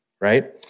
right